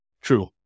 True